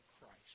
Christ